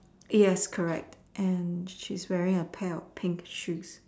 yes correct and she's wearing a pair of pink shoes